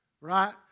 right